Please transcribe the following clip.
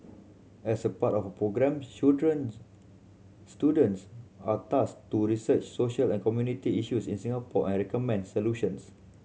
as a part of the programme children students are tasked to research social and community issues in Singapore and recommend solutions